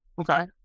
Okay